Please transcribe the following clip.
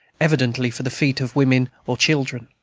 evidently for the feet of women or children.